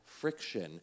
friction